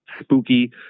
spooky